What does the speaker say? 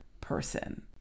person